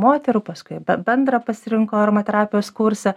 moterų paskui bendrą pasirinko aromaterapijos kursą